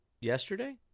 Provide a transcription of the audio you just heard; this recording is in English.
Yesterday